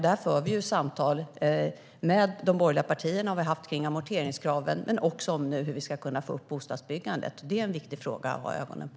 Där för vi samtal med de borgerliga partierna om amorteringskraven och om hur vi ska kunna få upp bostadsbyggandet. Det är en viktig fråga att ha ögonen på.